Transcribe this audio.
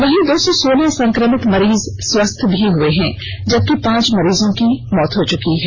वहीं दो सौ सोलह संक्रमित मरीज स्वस्थ हुए हैं जबकि पांच मरीजों की मौत हो चुकी है